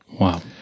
Wow